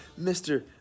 Mr